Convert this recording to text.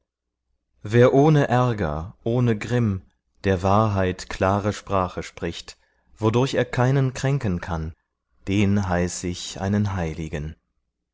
wer ohne ärger ohne grimm der wahrheit klare sprache spricht wodurch er keinen kränken kann den heiß ich einen heiligen